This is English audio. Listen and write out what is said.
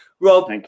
Rob